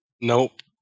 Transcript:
Nope